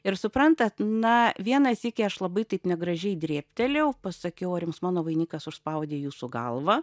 ir suprantat na vieną sykį aš labai taip negražiai drėbtelėjau pasakiau ar jums mano vainikas užspaudė jūsų galvą